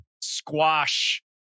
squash